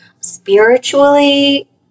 Spiritually